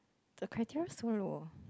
the criteria so low